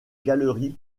galeries